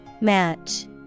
Match